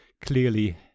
clearly